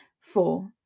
Four